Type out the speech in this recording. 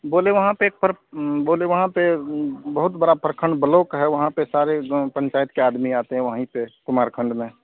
बोले वहाँ पर पर बोले वहाँ पर बहुत बड़ा प्रखण्ड ब्लॉक है वहाँ पर सारी ग्राम पँचायत के आदमी आते हैं वहीं पर कुमारखण्ड में